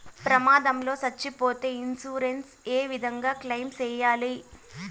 ప్రమాదం లో సచ్చిపోతే ఇన్సూరెన్సు ఏ విధంగా క్లెయిమ్ సేయాలి?